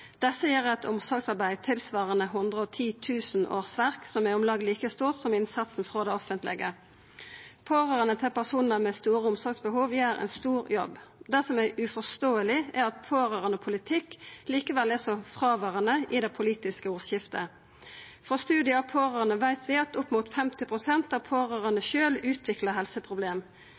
Desse gjer eit omsorgsarbeid tilsvarande 110 000 årsverk – om lag like stort som innsatsen frå det offentlege. Pårørande til personar med store omsorgsbehov gjer ein stor jobb. Det som er uforståeleg, er at pårørandepolitikk likevel er så fråverande i det politiske ordskiftet. Frå studiar med pårørande veit vi at opp mot 50 pst. av dei pårørande sjølve utviklar helseproblem.